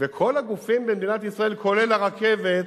שכל הגופים במדינת ישראל, כולל הרכבת,